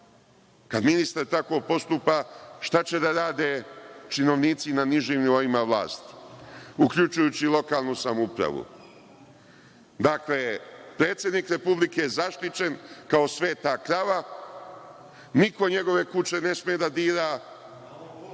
kada ministar tako postupa šta će da rade činovnici na nižim nivoima vlasti, uključujući i lokalnu samoupravu. Dakle, predsednik Republike je zaštićen kao sveta krava, niko njegove kuće ne sme da dira, može